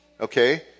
okay